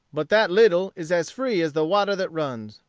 but that little is as free as the water that runs.